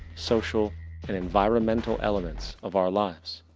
social and environmental elements of our lives?